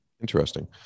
Interesting